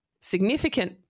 significant